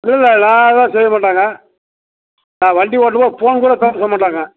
இல்லை இல்லை நான் அதெல்லாம் செய்ய மாட்டேங்க நான் வண்டி ஓட்டும் போது ஃபோன் கூட பேச மாட்டேங்க